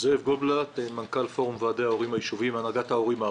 אני מנכ"ל פורום ועדי ההורים היישוביים,